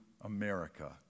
America